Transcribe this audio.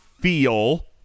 feel